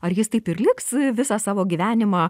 ar jis taip ir liks visą savo gyvenimą